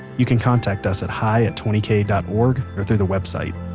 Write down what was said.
you can contact us at hi at twenty k dot org or through the website